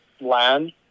land